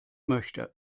möchte